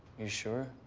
you sure?